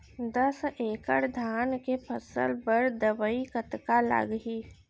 दस एकड़ धान के फसल बर दवई कतका लागही?